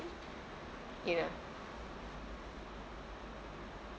you know